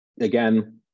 again